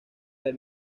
del